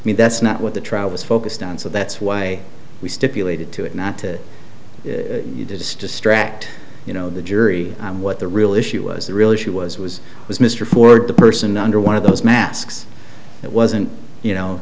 i mean that's not what the trial was focused on so that's why we stipulated to it not to distract you know the jury what the real issue was the real issue was was was mr ford the person under one of those masks it wasn't you know